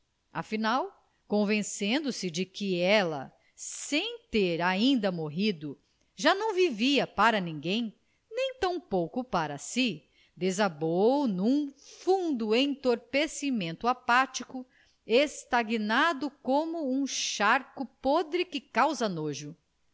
afinal convencendo-se de que ela sem ter ainda morrido já não vivia para ninguém nem tampouco para si desabou num fundo entorpecimento apático estagnado como um charco podre que causa nojo